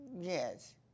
Yes